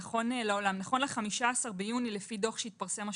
נכון ל-15 ביוני, לפי דוח של